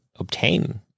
obtain